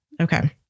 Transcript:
okay